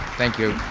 thank you,